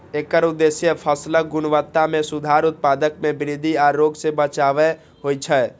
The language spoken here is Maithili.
एकर उद्देश्य फसलक गुणवत्ता मे सुधार, उत्पादन मे वृद्धि आ रोग सं बचाव होइ छै